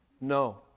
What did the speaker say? No